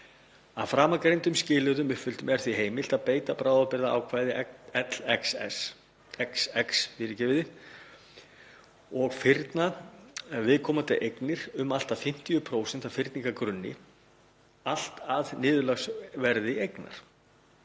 Að framangreindum skilyrðum uppfylltum er því heimilt að beita bráðabirgðaákvæði LXX og fyrna viðkomandi eignir um allt að 50% af fyrningargrunni allt að niðurlagsverði eignar.